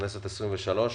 בכנסת ה-23,